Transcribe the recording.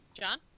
John